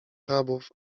arabów